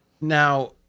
Now